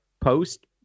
post